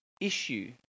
issue